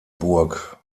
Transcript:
burg